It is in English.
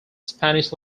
spanish